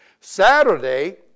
Saturday